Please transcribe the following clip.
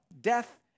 death